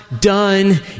done